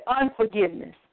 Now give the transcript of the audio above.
unforgiveness